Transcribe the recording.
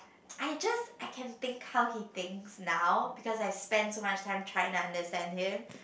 I just I can think how he thinks now because I spent so much time trying to understand him